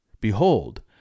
Behold